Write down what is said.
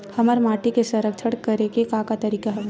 हमर माटी के संरक्षण करेके का का तरीका हवय?